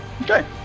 okay